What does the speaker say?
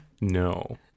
No